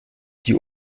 die